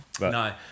No